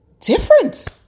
different